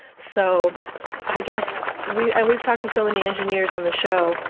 so i guess we and we've talked to so many engineers on the show,